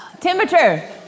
Temperature